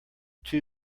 two